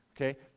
okay